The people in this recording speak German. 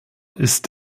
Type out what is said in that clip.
ist